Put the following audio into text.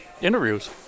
interviews